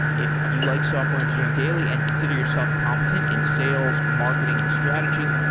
if you like software engineering daily and consider yourself competent in sales, marketing and strategy,